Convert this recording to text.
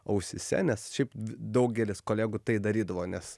ausyse nes šiaip daugelis kolegų tai darydavo nes